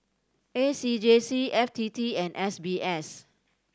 A C J C F T T and S B S